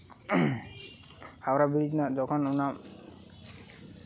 Howrah bridge ᱨᱮᱱᱟᱜ ᱡᱚᱠᱷᱚᱱ ᱚᱱᱟ